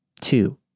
Two